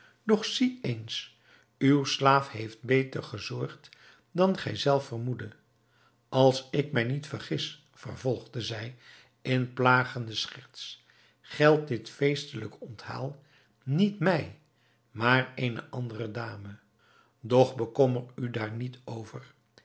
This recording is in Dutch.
doch zie eens uw slaaf heeft beter gezorgd dan gij zelf vermoeddet als ik mij niet vergis vervolgde zij in plagende scherts geldt dit feestelijk onthaal niet mij maar eene andere dame doch bekommer u daar niet over